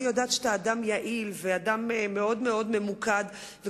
אני יודעת שאתה אדם יעיל וממוקד מאוד,